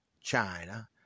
China